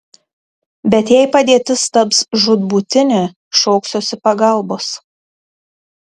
bet jei padėtis taps žūtbūtinė šauksiuosi pagalbos